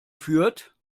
fürth